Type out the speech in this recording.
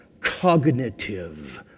cognitive